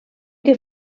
que